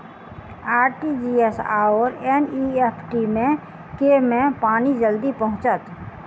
RTGS आओर NEFT मे केँ मे पानि जल्दी पहुँचत